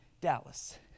Dallas